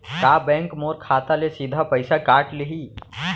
का बैंक मोर खाता ले सीधा पइसा काट लिही?